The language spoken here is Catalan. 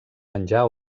menjar